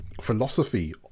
philosophy